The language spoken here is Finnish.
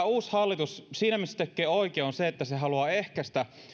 uusi hallitus tekee siinä oikein että se haluaa ehkäistä